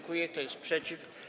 Kto jest przeciw?